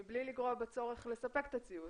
מבלי לגרוע בצורך לספק את הציוד,